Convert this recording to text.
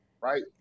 Right